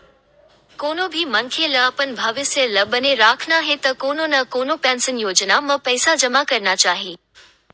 कोनो भी मनखे ल अपन भविस्य ल बने राखना हे त कोनो न कोनो पेंसन योजना म पइसा जमा करना चाही